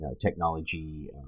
technology